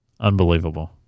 Unbelievable